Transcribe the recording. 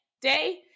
day